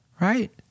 right